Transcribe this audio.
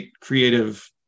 creative